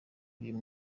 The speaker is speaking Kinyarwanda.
uyu